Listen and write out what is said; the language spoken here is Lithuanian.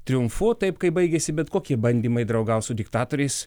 triumfu taip kaip baigėsi bet kokie bandymai draugauti su diktatoriais